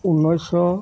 ঊনৈছশ